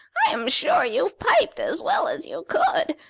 i'm sure you've piped as well as you could,